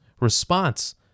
response